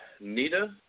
Nita